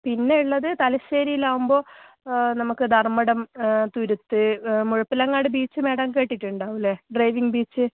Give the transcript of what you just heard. പിന്നെ ഉള്ളത് തലശ്ശേരിയിലാവുമ്പോൾ നമുക്ക് ധർമടം തുരുത്ത് മുഴപ്പിലങ്ങാട് ബീച്ച് മാഡം കേട്ടിട്ടുണ്ടാവും അല്ലേ ഡ്രൈവിംഗ് ബീച്ച്